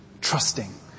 trusting